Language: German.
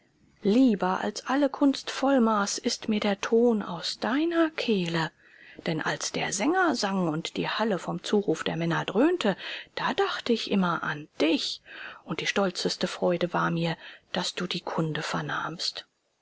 lieber als alle kunst volkmars ist mir der ton aus deiner kehle denn als der sänger sang und die halle vom zuruf der männer dröhnte da dachte ich immer an dich und die stolzeste freude war mir daß du die kunde vernahmst